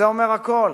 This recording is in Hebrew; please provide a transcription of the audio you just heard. זה אומר הכול.